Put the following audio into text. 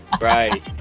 right